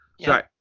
Sorry